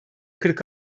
kırk